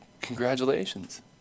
congratulations